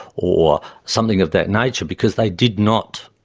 or something of that nature, because they did not,